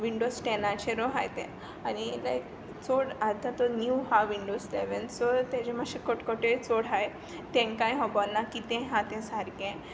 Windows टॅनाचेरू आसात ते आनी लायक चड आतां तो न्यू आसा विंडोज इलेवन तर ताज्यो मातश्यो कटकट्योय चोड आसात तांकांय खबर ना कितें आसा तें सारकें